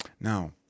Now